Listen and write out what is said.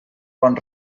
bon